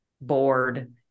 board